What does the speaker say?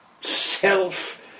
self